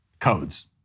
codes